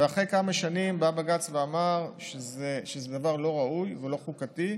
ואחרי כמה שנים בא בג"ץ ואמר שזה דבר לא ראוי ולא חוקתי,